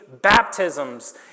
baptisms